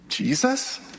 Jesus